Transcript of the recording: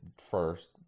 first